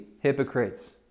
hypocrites